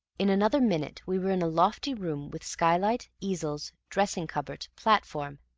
in another minute we were in a lofty room with skylight, easels, dressing-cupboard, platform,